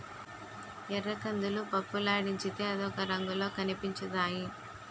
ఎర్రకందులు పప్పులాడించితే అదొక రంగులో కనిపించుతాయి